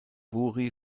buri